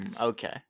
Okay